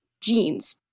genes